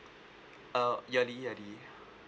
uh yearly yearly